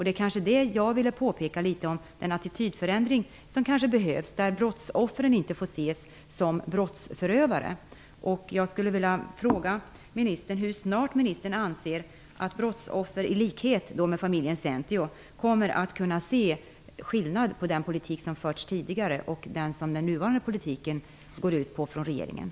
Den attitydförändring som kanske behövs är det som jag vill peka på, nämligen att brottsoffren inte får ses som brottsförövare. Jag skulle vilja fråga ministern: Hur snart kommer brottsoffer i likhet med familjen Zentio att kunna se någon skillnad i regeringens politik som förs på detta område i förhållande till vad som tidigare har förekommit?